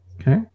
Okay